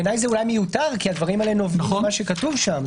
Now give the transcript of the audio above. בעיניי זה אולי מיותר כי הדברים האלה נובעים ממה שכתוב שם.